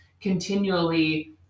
continually